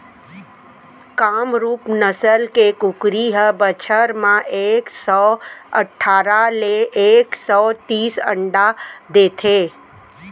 कामरूप नसल के कुकरी ह बछर म एक सौ अठारा ले एक सौ तीस अंडा देथे